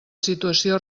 situació